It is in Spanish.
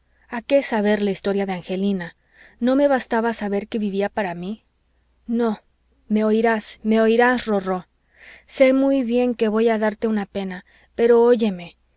a qué saber la historia de angelina no me bastaba saber que vivía para mí no me oirás me oirás rorró sé muy bien que voy a darte una pena pero óyeme